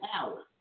power